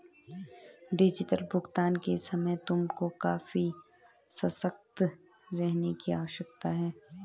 digital भुगतान के समय तुमको काफी सतर्क रहने की आवश्यकता है